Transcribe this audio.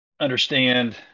understand